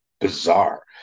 bizarre